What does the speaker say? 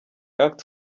act